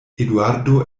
eduardo